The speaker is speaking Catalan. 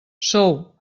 sou